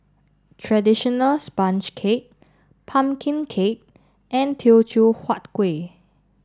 traditional Sponge Cake Pumpkin Cake and Teochew Huat Kuih